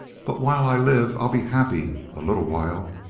but while i live i'll be happy. a little while!